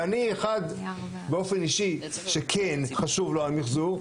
ואני אחד, באופן אישי ,שכן חשוב לו המחזור.